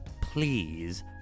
Please